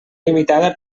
limitada